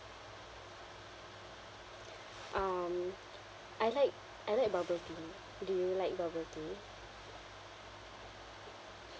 um I like I like bubble tea do you like bubble tea